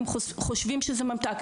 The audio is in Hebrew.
הם חושבים שזה ממתק.